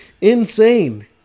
Insane